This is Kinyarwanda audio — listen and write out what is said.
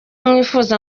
mwifuza